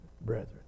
brethren